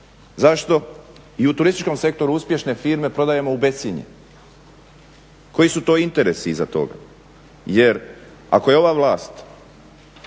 zašto i u turističkom sektoru uspješne firme prodajemo u bescjenje. Koji su to interesi iza toga, jer ako je ova vlast